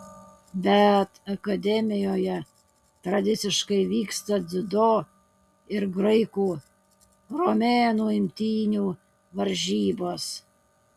bet akademijoje tradiciškai vyksta dziudo ir graikų romėnų imtynių varžybos